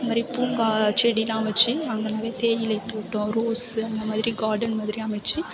இது மாதிரி பூங்கா செடியெலாம் வச்சு அங்கே நிறையா தேயிலை தோட்டம் ரோஸ்சு அந்த மாதிரி கார்டன் மாதிரி அமைச்சி